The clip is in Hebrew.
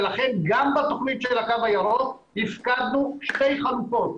ולכן גם בתוכנית של הקו הירוק הפקדנו שתי חלופות.